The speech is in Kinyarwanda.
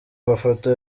mafoto